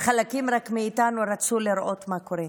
רק חלקים מאיתנו רצו לראות מה קורה.